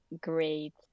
great